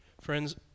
Friends